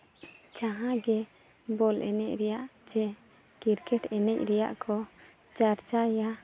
ᱡᱟᱦᱟᱸ ᱜᱮ ᱵᱚᱞ ᱮᱱᱮᱡ ᱨᱮᱭᱟᱜ ᱪᱮ ᱠᱨᱤᱠᱮᱴ ᱮᱱᱮᱡ ᱨᱮᱭᱟᱜ ᱠᱚ ᱪᱟᱨᱪᱟᱭᱟ